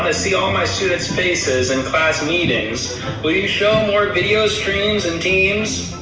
ah see all my students' faces in class meetings. will you show more video streams in teams?